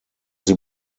sie